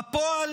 בפועל,